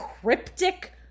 cryptic